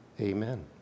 Amen